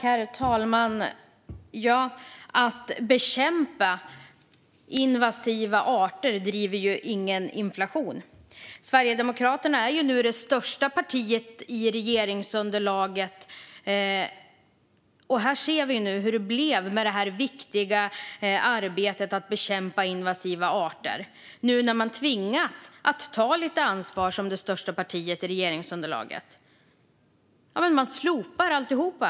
Herr talman! Att bekämpa invasiva arter driver ingen inflation. Sverigedemokraterna är nu det största partiet i regeringsunderlaget, och nu ser vi hur det blev med det viktiga arbetet med att bekämpa invasiva arter. När man tvingas ta lite ansvar som det största partiet i regeringsunderlaget slopar man alltihop.